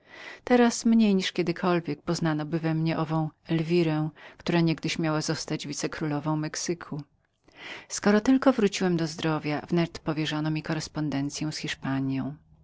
teraz mniej niż kiedykolwiek poznano by we mnie tę samą elwirę która niegdyś miała zostać wicekrólową mexyku skoro tylko wróciłem do zdrowia wnet powierzono mi korrespondencyę z hiszpanią